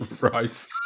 Right